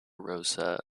rosa